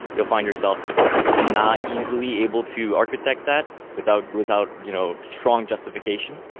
you'll find yourself not easily able to architect that without without you know strong justification.